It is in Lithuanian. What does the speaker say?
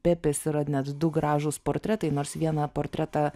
pepės yra net du gražūs portretai nors vieną portretą